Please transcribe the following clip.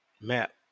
map